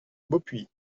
beaupuy